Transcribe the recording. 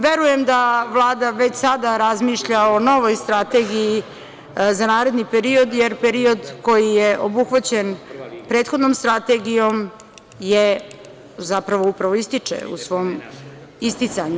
Verujem da Vlada već sada razmišlja o novoj strategiji za naredni period, jer period koji je obuhvaćen prethodnom strategijom upravo ističe u svom isticanju.